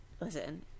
Listen